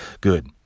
Good